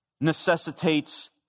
necessitates